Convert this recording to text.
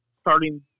starting